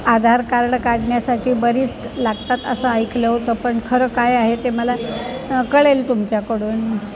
आधार card काढण्यासाठी बरी लागतात असं ऐकलं होतं पण खरं काय आहे ते मला कळेल तुमच्याकडून